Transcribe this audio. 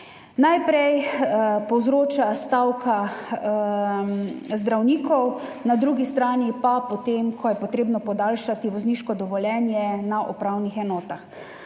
[težave] povzroča stavka zdravnikov, na drugi strani pa [nastanejo] potem, ko je treba podaljšati vozniško dovoljenje na upravnih enotah.